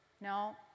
No